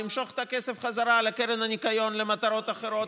למשוך את הכסף בחזרה לקרן הניקיון למטרות אחרות,